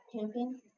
camping